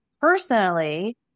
personally